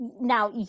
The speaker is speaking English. now